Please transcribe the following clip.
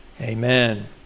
amen